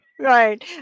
Right